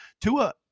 Tua